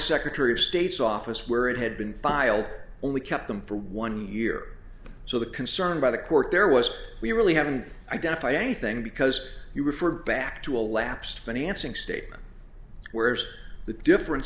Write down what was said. secretary of state's office where it had been filed only kept them for one year so the concern by the court there was we really haven't identified anything because you refer back to a lapsed financing statement where's the difference